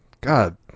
God